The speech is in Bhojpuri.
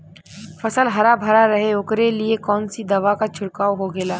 फसल हरा भरा रहे वोकरे लिए कौन सी दवा का छिड़काव होखेला?